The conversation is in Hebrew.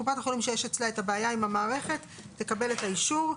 קופת החולים שיש אצלה את הבעיה עם המערכת תקבל את האישור.